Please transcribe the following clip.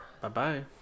Bye-bye